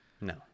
No